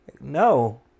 No